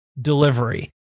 delivery